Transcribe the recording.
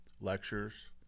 lectures